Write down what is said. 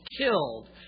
killed